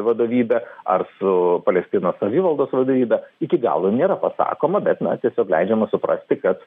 vadovybe ar su palestinos savivaldos vadovybe iki galo nėra pasakoma bet man tiesiog leidžiama suprasti kad